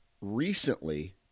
recently